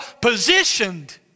positioned